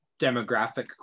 demographic